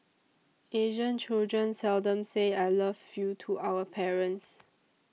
Asian children seldom say I love you to our parents